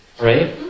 right